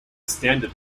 standard